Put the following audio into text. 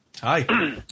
Hi